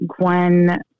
Gwen